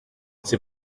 c’est